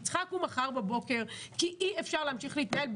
היא צריכה לקום מחר בבוקר כי אי אפשר להמשיך ולהתנהל ככה,